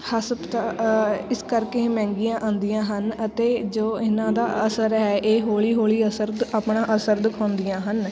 ਹਸਪਤਾਲ ਇਸ ਕਰਕੇ ਇਹ ਮਹਿੰਗੀਆਂ ਆਉਂਦੀਆਂ ਹਨ ਅਤੇ ਜੋ ਇਹਨਾਂ ਦਾ ਅਸਰ ਹੈ ਇਹ ਹੌਲੀ ਹੌਲੀ ਅਸਰ ਆਪਣਾ ਅਸਰ ਦਿਖਾਉਂਦੀਆਂ ਹਨ